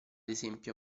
esempio